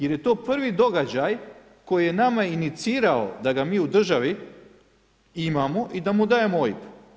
Jer je to prvi događaj koji je nama inicirao da ga mi u državi imamo i da mu dajemo OIB.